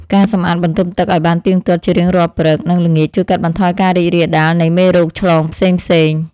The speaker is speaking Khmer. ការសម្អាតបន្ទប់ទឹកឱ្យបានទៀងទាត់ជារៀងរាល់ព្រឹក និងល្ងាចជួយកាត់បន្ថយការរីករាលដាលនៃមេរោគឆ្លងផ្សេងៗ។